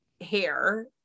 hair